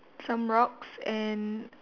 some rocks and